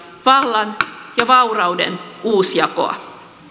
vallan ja vaurauden uusjakoa